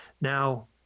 Now